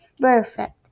perfect